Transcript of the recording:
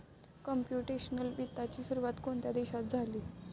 Computational वित्ताची सुरुवात कोणत्या देशात झाली?